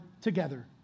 together